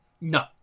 No